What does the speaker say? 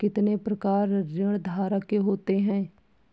कितने प्रकार ऋणधारक के होते हैं?